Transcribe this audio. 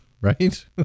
right